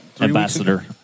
Ambassador